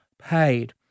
paid